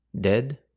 dead